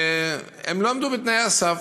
שהם לא עמדו בתנאי הסף.